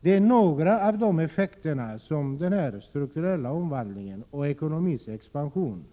Det är några effekter av den strukturella omvandlingen och ekonomins expansion som sker